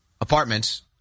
apartments